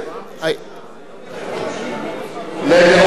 לעובדי בניין, כן, הם מבריאים מאוד.